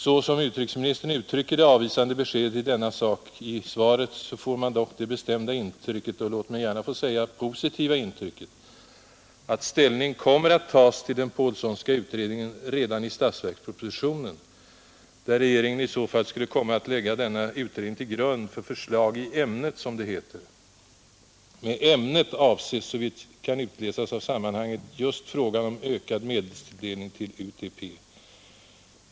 Så som utrikesministern uttrycker det avvisande beskedet i denna sak i svaret får man dock det bestämda intrycket — och låt mig gärna få säga det positiva intrycket — att ställning kommer att tas till den Pålssonska utredningen redan i statsverkspropositionen, där regeringen i så fall skulle komma att lägga denna utredning till grund för förslag ”i ämnet”, som det heter. Med ”ämnet” avses såvitt kan utläsas av sammanhanget just frågan om ökad medelstilldelning till UTP.